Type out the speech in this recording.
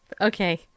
Okay